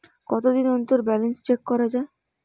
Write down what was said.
কতদিন অন্তর balance check করা য়ায়?